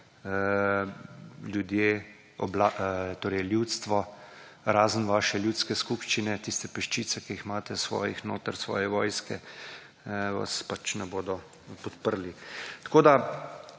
ljudje torej ljudstvo razen vaše ljudske skupščine tiste peščice, ki jih imate notri svoje vojske vas pač ne bodo podprli. **50.